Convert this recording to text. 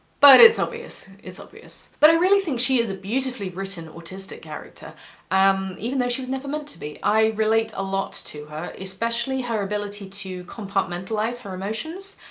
but it's obvious. it's obvious. but i really think she is a beautifully-written autistic character um even though she was never meant to be. i relate a lot to her, especially her ability to compartmentalize her emotions,